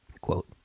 Quote